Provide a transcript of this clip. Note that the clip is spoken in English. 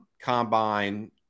combine